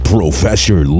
Professor